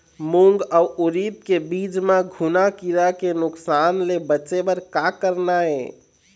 मूंग अउ उरीद के बीज म घुना किरा के नुकसान ले बचे बर का करना ये?